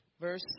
Verse